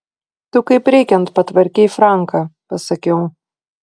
tu kaip reikiant patvarkei franką pasakiau